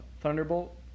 Thunderbolt